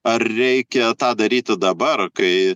ar reikia tą daryti dabar kai